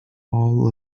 all